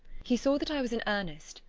he saw that i was in earnest,